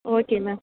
okay ma'am